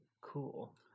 cool